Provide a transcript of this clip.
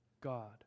God